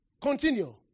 continue